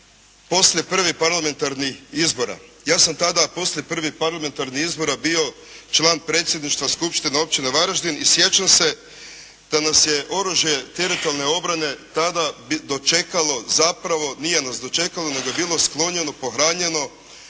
poslije prvih parlamentarnih izbora. Ja sam tada poslije prvih parlamentarnih izbora bio član predsjedništva Skupštine općine Varaždin i sjećam se da nas je oružje teritorijalne obrane tada dočekalo, zapravo nije nas dočekalo nego je bilo sklonjeno, pohranjeno